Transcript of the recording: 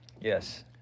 Yes